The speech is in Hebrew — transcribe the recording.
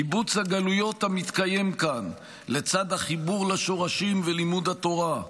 קיבוץ הגלויות המתקיים כאן לצד החיבור לשורשים ולימוד התורה,